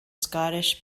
scottish